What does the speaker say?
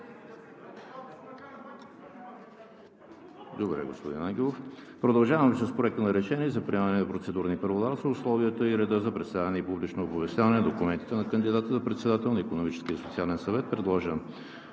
и обсъди Проект на решение за приемане на Процедурни правила за условията и реда за представяне и публично оповестяване на документите на кандидата за председател на Икономическия и социален съвет, предложен